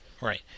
Right